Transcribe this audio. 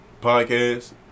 Podcast